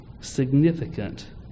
significant